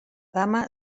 dama